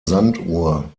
sanduhr